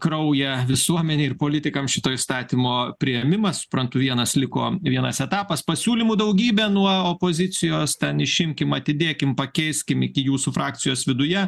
kraują visuomenei ir politikams šito įstatymo priėmimas suprantu vienas liko vienas etapas pasiūlymų daugybė nuo opozicijos ten išimkim atidėkim pakeiskim iki jūsų frakcijos viduje